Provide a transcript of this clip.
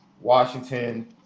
Washington